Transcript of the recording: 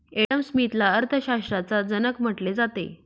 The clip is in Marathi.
एडम स्मिथला अर्थशास्त्राचा जनक म्हटले जाते